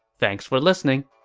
thanks for listening